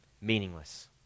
meaningless